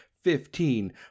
fifteen